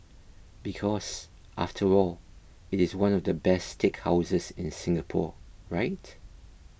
because after all it is one of the best steakhouses in Singapore right